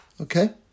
okay